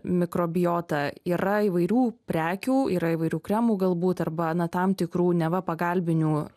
mikrobiotą yra įvairių prekių yra įvairių kremų galbūt arba na tam tikrų neva pagalbinių